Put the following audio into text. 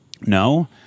No